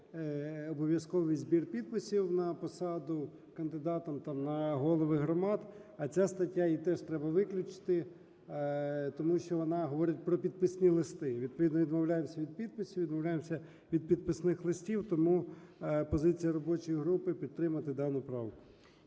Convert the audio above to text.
обов’язковий збір підписів на посаду кандидатам там на голови громад. А ця стаття, її теж треба виключити, тому що вона говорить про підписні листи. Відповідно відмовляємося від підписів, відмовляємося від підписних листів. Тому позиція робочої групи - підтримати дану правку.